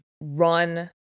run